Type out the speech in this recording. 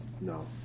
No